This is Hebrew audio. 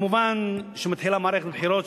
מובן שמתחילה מערכת בחירות,